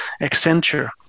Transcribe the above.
Accenture